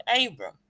Abram